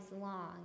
long